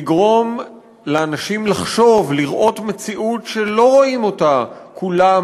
לגרום לאנשים לחשוב, לראות מציאות שלא כולם